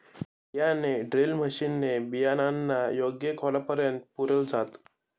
बियाणे drill machine ने बियाणांना योग्य खोलापर्यंत पुरल जात